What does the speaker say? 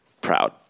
proud